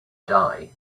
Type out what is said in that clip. die